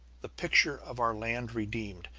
the picture of our land redeemed.